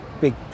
big